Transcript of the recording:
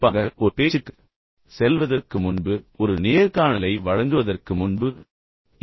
குறிப்பாக ஒரு பேச்சுக்குச் செல்வதற்கு முன்பு ஒரு நேர்காணலை வழங்குவதற்கு முன்பு என்று அவர்கள் சொல்கிறார்கள்